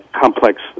complex